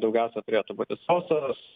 daugiausia turėtų būti sausos